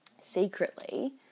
secretly